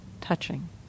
touching